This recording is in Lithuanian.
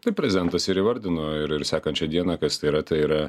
taip prezidentas ir įvardino ir ir sekančią dieną kas tai yra tai yra